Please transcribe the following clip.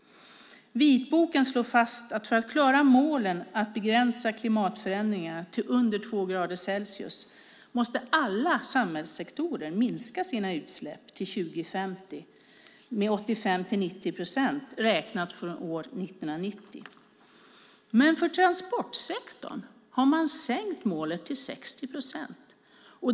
Vitboken slår fast att för att klara målet att begränsa klimatförändringarna till under 2 grader Celsius måste alla samhällssektorer minska sina utsläpp till 2050 med 85-90 procent räknat från år 1990. Men för transportsektorn har man sänkt målet till 60 procent.